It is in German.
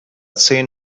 zehn